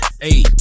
Hey